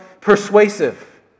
persuasive